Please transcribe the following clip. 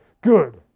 Good